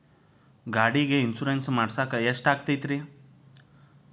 ಗಾಡಿಗೆ ಇನ್ಶೂರೆನ್ಸ್ ಮಾಡಸಾಕ ಎಷ್ಟಾಗತೈತ್ರಿ?